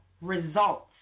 results